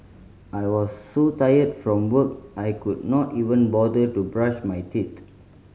I was so tired from work I could not even bother to brush my teeth